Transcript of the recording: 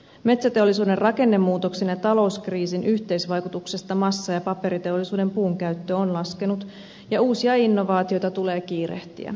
metsäteollisuuden rakennemuutoksen ja talouskriisin yhteisvaikutuksesta massa ja paperiteollisuuden puunkäyttö on laskenut ja uusia innovaatioita tulee kiirehtiä